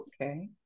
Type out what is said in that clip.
Okay